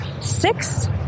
six